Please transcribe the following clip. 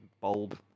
bulb